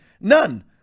None